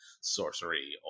sorcery